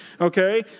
Okay